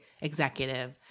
executive